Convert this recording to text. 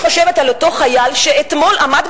אני חושבת על אותו חייל שאתמול עמד